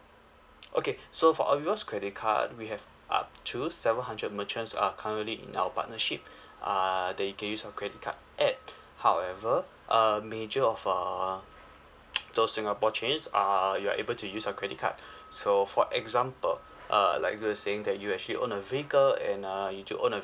okay so for a rewards credit card we have up to seven hundred merchants are currently in our partnership uh that you can use your credit card at however uh major of err those singapore chains are you're able to use your credit card so for example err like you were saying that you actually own a vehicle and uh you to own a